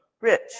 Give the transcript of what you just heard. Rich